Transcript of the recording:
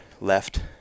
left